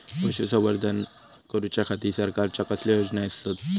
पशुसंवर्धन करूच्या खाती सरकारच्या कसल्या योजना आसत?